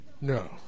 No